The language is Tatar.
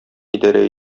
идарә